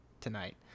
tonight